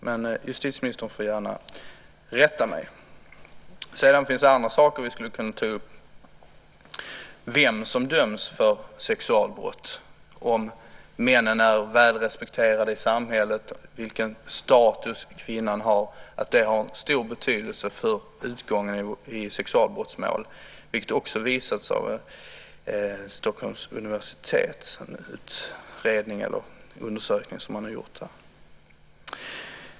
Men justitieministern får gärna rätta mig. Sedan finns det andra saker vi skulle kunna ta upp, som vem som döms för sexualbrott. Om mannen är välrespekterad i samhället liksom vilken status kvinnan har kan ha stor betydelse för utgången i sexualbrottsmål, vilket också visats av en undersökning som gjorts vid Stockholms universitet.